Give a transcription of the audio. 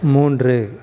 மூன்று